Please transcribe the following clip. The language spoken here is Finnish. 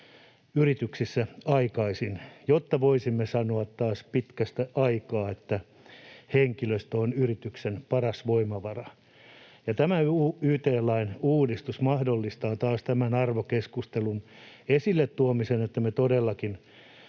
yrityksissä aikaiseksi, jotta voisimme sanoa taas pitkästä aikaa, että henkilöstö on yrityksen paras voimavara. Tämä yt-lain uudistus mahdollistaa taas tämän arvokeskustelun esille tuomisen: että me todellakin